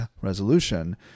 resolution